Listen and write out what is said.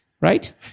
Right